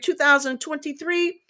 2023